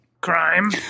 Crime